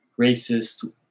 racist